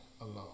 alone